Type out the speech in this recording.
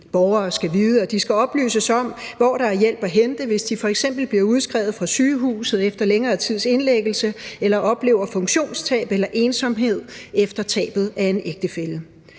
og de skal oplyses om, hvor der er hjælp at hente, hvis de f.eks. bliver udskrevet fra sygehuset efter længere tids indlæggelse eller oplever funktionstab eller ensomhed efter tabet af en ægtefælle.